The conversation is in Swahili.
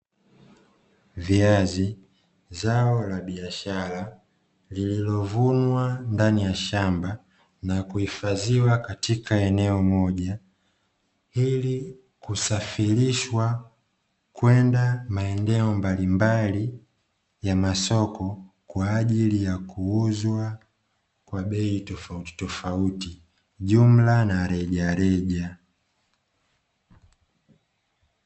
Viazi zao la biashara lililovunwa ndani ya shamba na kuhifadhiwa katika eneo moja, ili kusafirishwa kwenda maeneo mbalimbali ya masoko kwaajili ya kuuzwa kwa bei tofautitofauti jumla na rejareja.